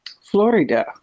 Florida